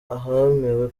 ahemewe